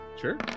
Sure